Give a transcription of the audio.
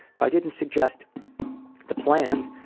if i didn't suggest the plans,